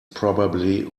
probably